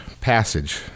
passage